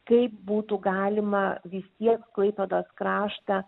kaip būtų galima vis tiek klaipėdos kraštą